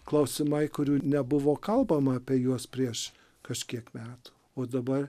klausimai kurių nebuvo kalbama apie juos prieš kažkiek metų o dabar